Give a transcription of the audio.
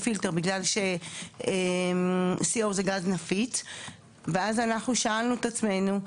פילטר בגלל ש- CO זה גז נפיץ ואז אנחנו שאלנו את עצמנו,